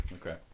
Okay